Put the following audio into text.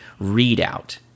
readout